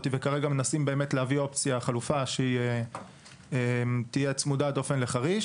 וכרגע מנסים להביא חלופה שתהיה צמודת דופן לחריש.